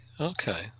Okay